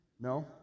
No